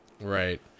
Right